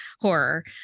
horror